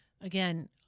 Again